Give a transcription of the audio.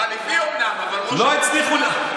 החליפי, אומנם, אבל ראש הממשלה.